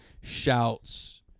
shouts